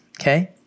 Okay